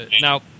now